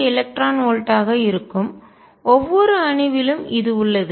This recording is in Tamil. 6 eV ஆக இருக்கும் ஒவ்வொரு அணுவிலும் இது உள்ளது